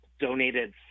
donated